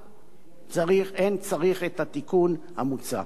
אין צריך את התיקון המוצע.